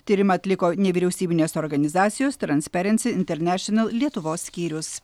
tyrimą atliko nevyriausybinės organizacijos transparency international lietuvos skyrius